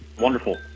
Wonderful